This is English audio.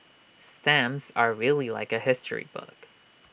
stamps are really like A history book